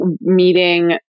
meeting